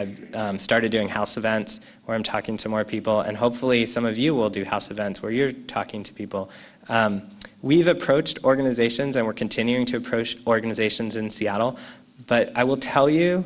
i've started doing house events where i'm talking to more people and hopefully some of you will do house events where you're talking to people we've approached organizations and we're continuing to approach organizations in seattle but i will tell you